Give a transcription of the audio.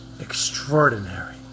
extraordinary